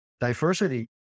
diversity